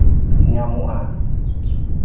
ᱧᱟᱢᱚᱜᱼᱟ